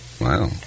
Wow